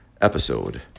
episode